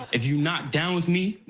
if you're not down with me,